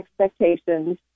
expectations